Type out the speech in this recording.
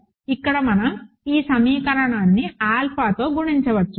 ఇక్కడ మనం ఈ సమీకరణాన్ని ఆల్ఫాతో గుణించవచ్చు